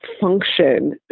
function